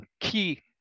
key